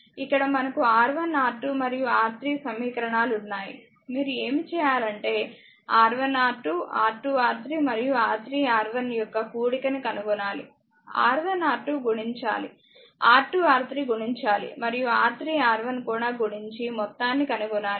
ఇక్కడ మనకు R1R2 మరియు R3 సమీకరణాలు ఉన్నాయి మీరు ఏమి చేయాలంటే R1R2 R2R3 మరియు R3R1 యొక్క కూడికని కనుగొనాలి R1R2 గుణించాలి R2R3 గుణించాలి మరియు R3R1 కూడా గుణించి మొత్తాన్ని కనుగొనాలి